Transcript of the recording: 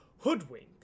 hoodwink